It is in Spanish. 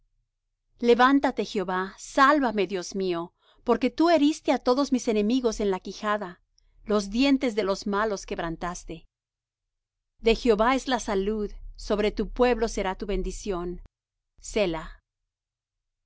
levántate jehová sálvame dios mío porque tú heriste á todos mis enemigos en la quijada los dientes de los malos quebrantaste de jehová es la salud sobre tu pueblo será tu bendición